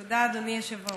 תודה, אדוני היושב-ראש.